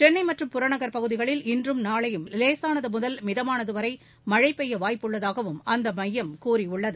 சென்னை மற்றும் புறநகர் பகுதிகளில் இன்றும் நாளையும் லேசானது முதல் மிதமானது வரை மழை பெய்ய வாய்ப்புள்ளதாகவும் அந்த மையம் கூறியுள்ளது